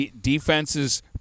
Defenses